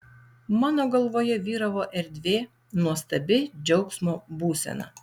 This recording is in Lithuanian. mano galvoje vyravo erdvė nuostabi džiaugsmo būsena